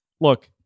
look